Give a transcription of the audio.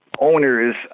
owners